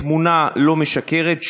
התמונה לא משקרת,